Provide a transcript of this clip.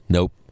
Nope